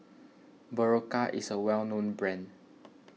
Berocca is a well known brand